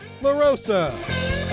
LaRosa